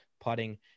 putting